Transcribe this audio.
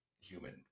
human